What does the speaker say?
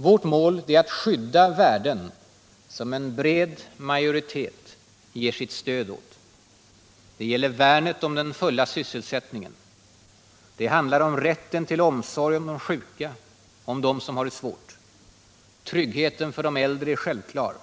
Vårt mål är att skydda värden som en bred majoritet ger sitt stöd åt. Det gäller värnet om den fulla sysselsättningen. Det handlar om rätten till omsorg om de sjuka och dem som har det svårt. Tryggheten för de äldre är självklar.